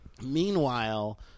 meanwhile